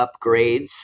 upgrades